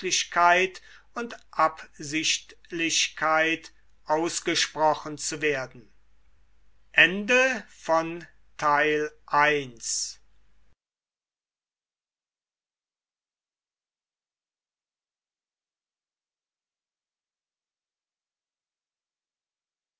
und absichtlichkeit ausgesprochen zu werden